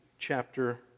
chapter